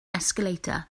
escalator